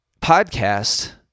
podcast